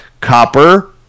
copper